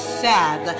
sad